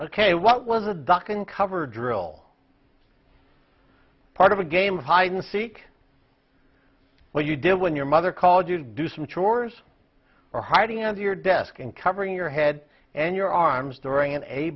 ok what was a duck and cover drill part of a game of hide and seek well you do when your mother called you do some chores or hiding under your desk and covering your head and your arms during a